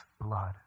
blood